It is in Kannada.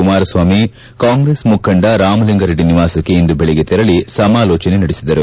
ಕುಮಾರಸ್ವಾಮಿ ಕಾಂಗ್ರೆಸ್ ಮುಖಂಡ ರಾಮಲಿಂಗಾ ರೆಡ್ಡಿ ನಿವಾಸಕ್ಕೆ ಇಂದು ಬೆಳಗ್ಗೆ ತೆರಳಿ ಸಮಾಲೋಚನೆ ನಡೆಸಿದರು